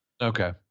Okay